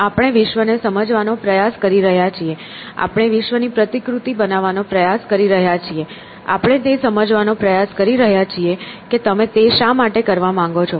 આપણે વિશ્વ ને સમજવાનો પ્રયાસ કરી રહ્યા છીએ આપણે વિશ્વની પ્રતિકૃતિ બનાવવાનો પ્રયાસ કરી રહ્યા છીએ આપણે તે સમજવાનો પ્રયાસ કરી રહ્યા છીએ કે તમે તે શા માટે કરવા માંગો છો